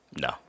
No